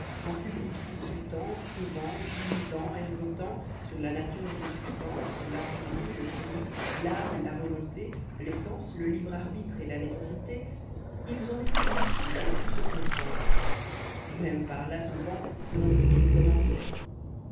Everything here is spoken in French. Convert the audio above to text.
en public disputant prouvant divisant ergotant sur la nature et ses substances l'infini le fini l'âme la volonté les sens le libre arbitre et la nécessité ils en étaient bientôt à ne plus se comprendre même par-là souvent l'on dit qu'ils commençoient